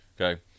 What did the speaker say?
Okay